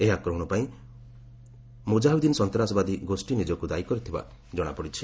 ଏହି ଆକ୍ରମଣପାଇଁ ଉମର ମୁକ୍ରାହିଦ୍ଦିନ୍ ସନ୍ତାସବାଦୀ ଗୋଷ୍ଠୀ ନିଜକ୍ତ ଦାୟୀ କରିଥିବା ଜଣାପଡ଼ିଛି